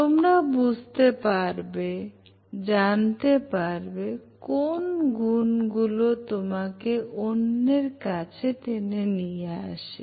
তোমরা বুঝতে পারবে জানতে পারবে কোন গুন গুলো তোমাকে অন্যদের কাছে টেনে নিয়ে আসে